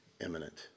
imminent